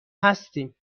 هستیم